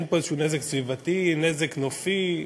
אין פה נזק סביבתי או נזק נופי.